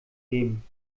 geben